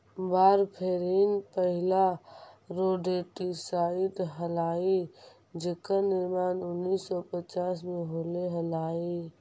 warfarin पहिला rodenticide हलाई जेकर निर्माण उन्नीस सौ पच्चास में होले हलाई